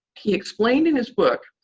he explained in his book,